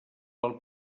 pel